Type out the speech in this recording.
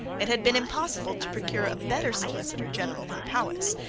it had been impossible to procure a better solicitor general than powis,